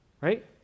Right